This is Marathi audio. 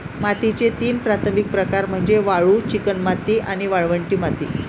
मातीचे तीन प्राथमिक प्रकार म्हणजे वाळू, चिकणमाती आणि वाळवंटी माती